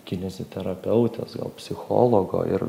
kineziterapeutės gal psichologo ir